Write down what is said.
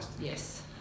yes